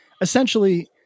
essentially